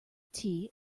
tea